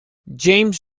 james